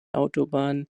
autobahn